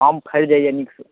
आम फड़ि जाइए नीकसँ